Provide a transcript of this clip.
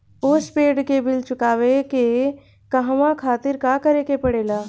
Postpaid के bill चुकावे के कहवा खातिर का करे के पड़ें ला?